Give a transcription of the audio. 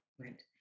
Right